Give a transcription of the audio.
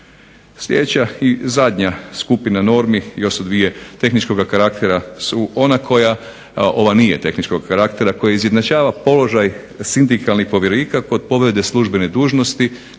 Sljedeća i zadnja skupina normi, još su dvije tehničkoga karaktera koja, ova nije tehničkog karaktera, koji izjednačava položaj sindikalnih povjerenika kod povrede službene dužnosti